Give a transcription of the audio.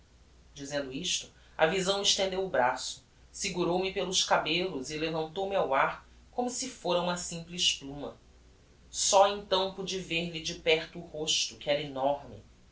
dizendo isto a visão estendeu o braço segurou me pelos cabellos e levantou me ao ar como se fôra uma simples pluma só então pude ver-lhe de perto o rosto que era enorme